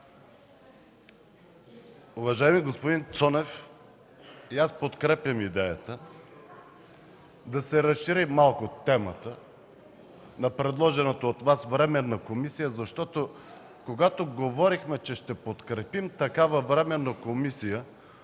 Уважаеми господин Цонев, и аз подкрепям идеята да се разшири малко темата на предложената от Вас временна комисия, защото, когато говорихме, че ще подкрепим такава временна комисия